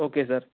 okay sir